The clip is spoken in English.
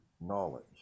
knowledge